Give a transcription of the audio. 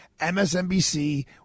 MSNBC